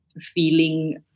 feeling